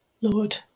Lord